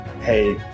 hey